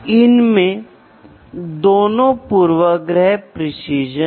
तो आप एक मापा मूल्य प्राप्त करने की कोशिश करते हैं